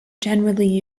generally